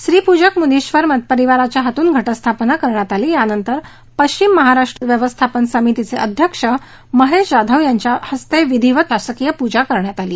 श्रीपूजक मुनीब्र परिवाराच्या हातून घटस्थापना करण्यात आली यानंतर पश्चिम महाराष्ट्र देवस्थान व्यवस्थापन समितीचे अध्यक्ष महेश जाधव यांच्या हस्ते विधिवत शासकीय पूजा करण्यात आली